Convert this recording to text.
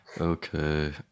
Okay